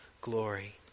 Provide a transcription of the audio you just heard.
glory